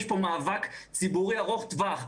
יש פה מאבק ציבורי ארוך טווח.